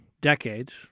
decades